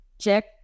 check